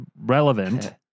relevant